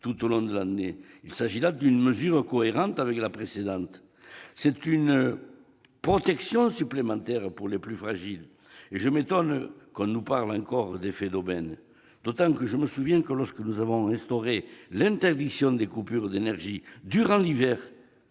précarité énergétique, il s'agit d'une mesure cohérente avec la précédente. C'est une protection supplémentaire pour les plus fragiles. Je m'étonne que l'on nous parle encore d'effet d'aubaine, d'autant que je me souviens que, lorsque nous avons instauré l'interdiction des coupures d'énergie durant l'hiver,